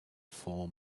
form